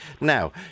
Now